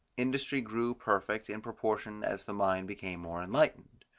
industry grew perfect in proportion as the mind became more enlightened.